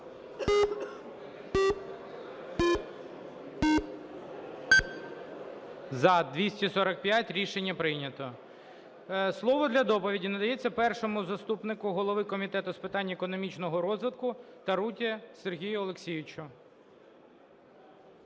За-245 Рішення прийнято. Слово для доповіді надається першому заступнику голови Комітету з питань економічного розвитку Таруті Сергію Олексійовичу.